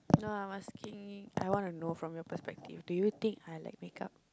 no I'm asking I wanna know from your perspective do you think I like makeup